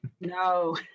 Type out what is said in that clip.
No